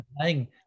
playing